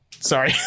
Sorry